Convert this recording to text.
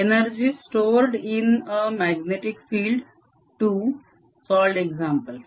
energy stored in a magnetic field II solved examples